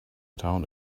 town